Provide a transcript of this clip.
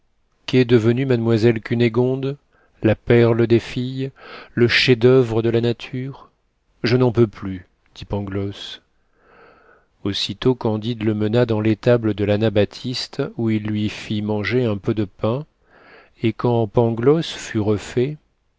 qu'est devenue mademoiselle cunégonde la perle des filles le chef-d'oeuvre de la nature je n'en peux plus dit pangloss aussitôt candide le mena dans l'étable de l'anabaptiste où il lui fit manger un peu de pain et quand pangloss fut refait